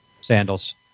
Sandals